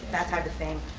that type of thing.